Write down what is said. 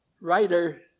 writer